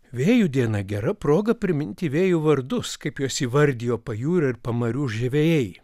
vėjų diena gera proga priminti vėjų vardus kaip juos įvardijo pajūrio ir pamarių žvejai